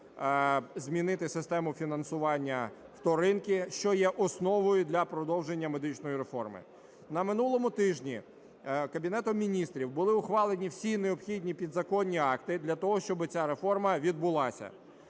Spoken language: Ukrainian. змінити систему фінансування вторинки, що є основою для продовження медичної реформи. На минулому тижні Кабінетом Міністрів були ухвалені всі необхідні підзаконні акти для того, щоби ця реформа відбулася.